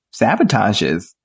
sabotages